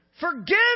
Forgive